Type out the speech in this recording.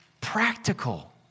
practical